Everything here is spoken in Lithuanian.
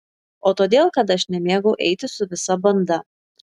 o todėl kad aš nemėgau eiti su visa banda